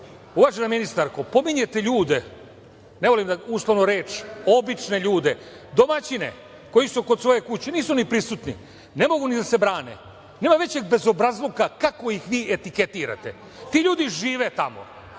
sad. Uvažena ministarko, pominjete ljude, ne volim uslovnu reč, obične ljude, domaćine koji su kod svoje kuće, nisu ni prisutni, ne mogu ni da se brane. Nema većeg bezobrazluka kako ih vi etiketirate. Ti ljudi žive tamo